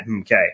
Okay